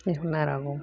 எவ்வளோ நேரம் ஆகும்